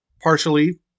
partially